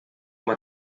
uma